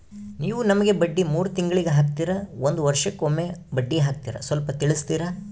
ನೀವು ನಮಗೆ ಬಡ್ಡಿ ಮೂರು ತಿಂಗಳಿಗೆ ಹಾಕ್ತಿರಾ, ಒಂದ್ ವರ್ಷಕ್ಕೆ ಒಮ್ಮೆ ಬಡ್ಡಿ ಹಾಕ್ತಿರಾ ಸ್ವಲ್ಪ ತಿಳಿಸ್ತೀರ?